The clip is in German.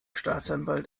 staatsanwalt